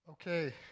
Okay